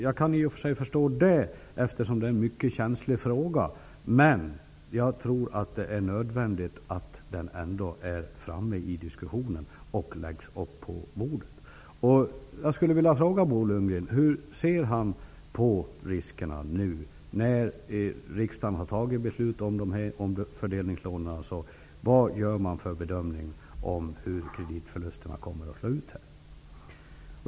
Jag kan i och för sig förstå det, eftersom det är en mycket känslig fråga. Men jag tror att det är nödvändigt att den ändå förs fram i diskussionen. Jag skulle vilja fråga Bo Lundgren hur han ser på riskerna nu när riksdagen har fattat beslut om omfördelningslånen. Vad gör han för bedömning av hur kreditförlusterna kommer att slå ut?